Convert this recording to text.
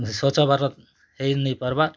ସ୍ୱଚ୍ଛ ଭାରତ ହେଇ ନେଇ ପାର୍ବା